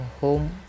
home